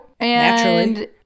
Naturally